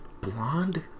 blonde